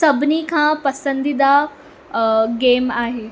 सभिनी खां पसंदीदा गेम आहे